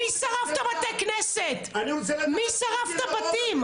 מי שרף את בתי הכנסת, מי שרף את הבתים.